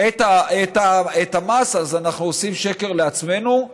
אז אנחנו עושים שקר לעצמנו.